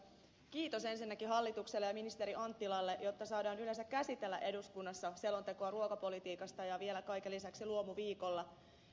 kiitos ensinnäkin hallitukselle ja ministeri anttilalle jotta saadaan yleensä käsitellä eduskunnassa selontekoa ruokapolitiikasta ja kaiken lisäksi vielä luomuviikolla